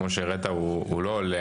הוא לא עולה,